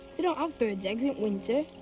you know um bird's eggs in winter.